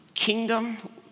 kingdom